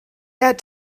add